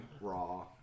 raw